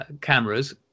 cameras